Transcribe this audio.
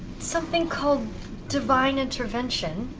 something called divine intervention.